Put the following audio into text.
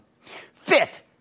Fifth